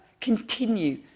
continue